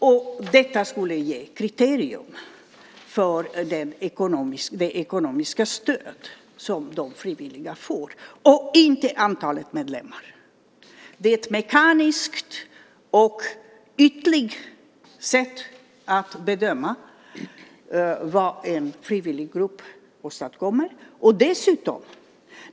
Och detta skulle utgöra ett kriterium för det ekonomiska stöd som de frivilliga får, inte antalet medlemmar. Det är ett mekaniskt och ytligt sätt att bedöma vad en frivilliggrupp åstadkommer.